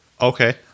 Okay